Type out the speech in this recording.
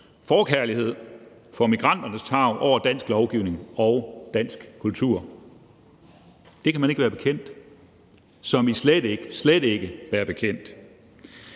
forkærlighed for migranternes tarv over dansk lovgivning og dansk kultur. Det kan man ikke være bekendt, som i slet ikke – slet ikke – være bekendt.